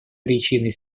причиной